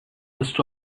list